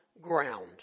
ground